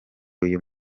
uyu